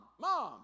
Mom